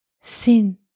sin